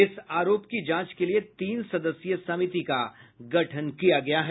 इस आरोप की जांच के लिए तीन सदस्यीय समिति का गठन किया गया है